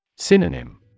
Synonym